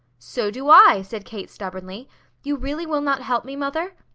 so do i, said kate, stubbornly. you really will not help me, mother?